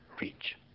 reach